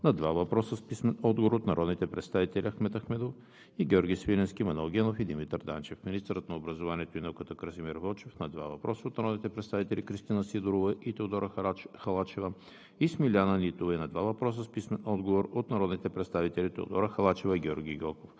на два въпроса с писмен отговор от народните представители Ахмед Ахмедов; и Георги Свиленски, Манол Генов и Димитър Данчев; - министърът на образованието и науката Красимир Вълчев – на два въпроса от народните представители Кристина Сидорова и Теодора Халачева; и Смиляна Нитова; и на два въпроса с писмен отговор от народните представители Теодора Халачева; и Георги Гьоков;